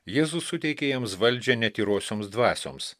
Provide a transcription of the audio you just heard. jėzus suteikė jiems valdžią netyrosioms dvasioms